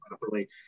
properly